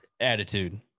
attitude